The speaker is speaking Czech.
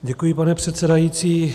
Děkuji, pane předsedající.